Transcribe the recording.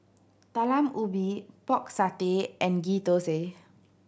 Talam Ubi Pork Satay and Ghee Thosai